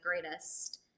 greatest